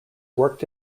worked